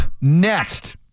next